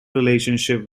relationship